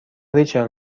ریچل